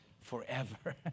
forever